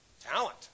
Talent